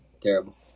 Terrible